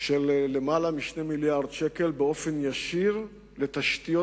של יותר מ-2 מיליארדי ש"ח ישירות לתשתיות